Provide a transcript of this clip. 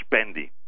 spending